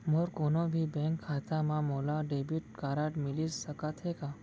मोर कोनो भी बैंक खाता मा मोला डेबिट कारड मिलिस सकत हे का?